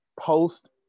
post